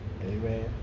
Amen